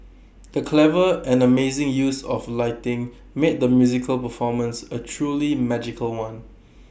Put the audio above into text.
the clever and amazing use of lighting made the musical performance A truly magical one